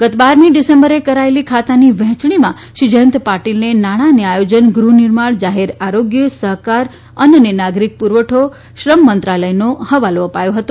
ગત બારમી ડિસેમ્બરે કરાયેલી ખાતાની વહેંચણીમાં શ્રી જયંત પાટીલને નાણા અને આયોજન ગૃહનિર્માણ જાહેર આરોગ્ય સહકાર અન્ન અને નાગરિક પુરવઠો શ્રમ મંત્રાલયનો હવાલો અપાયો હતો